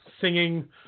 singing